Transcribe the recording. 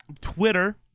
Twitter